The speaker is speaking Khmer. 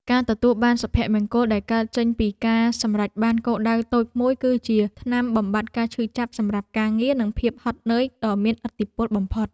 ការទទួលបានសុភមង្គលដែលកើតចេញពីការសម្រេចបានគោលដៅតូចមួយគឺជាថ្នាំបំបាត់ការឈឺចាប់សម្រាប់ការងារនិងភាពហត់នឿយដ៏មានឥទ្ធិពលបំផុត។